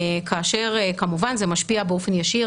כאשר כמובן זה משפיע באופן ישיר